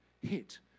hit